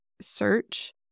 search